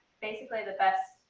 basically, the best,